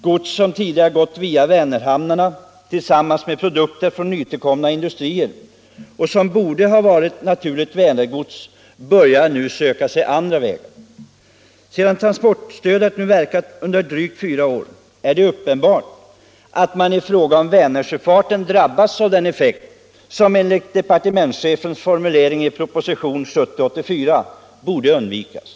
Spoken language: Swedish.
Gods som tidigare gått via Vänerhamnarna började nu tillsammans med nytillkomna industriers produkter, som borde varit naturligt Vänergods, söka sig andra vägar. När transportstödet nu verkat under drygt fyra år, är det uppenbart att Vänersjöfarten drabbats av den effekt som enligt departementschefens formulering i propositionen år 1970 borde undvikas.